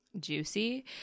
juicy